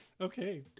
okay